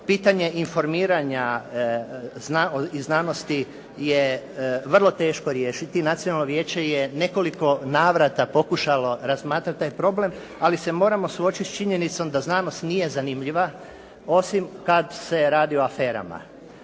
Pitanje informiranja iz znanosti je vrlo teško riješiti. Nacionalno vijeće je u nekoliko navrata pokušalo razmatrati taj problem, ali se moramo suočiti s činjenicom da znanost nije zanimljiva osim kada se radi o aferama